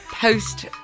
post